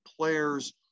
players